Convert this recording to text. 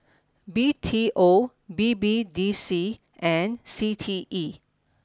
B T O B B D C and C T E